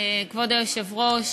כבוד היושב-ראש,